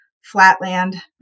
Flatland